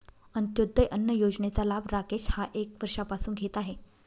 अंत्योदय अन्न योजनेचा लाभ राकेश हा एक वर्षापासून घेत आहे